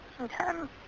Okay